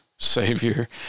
savior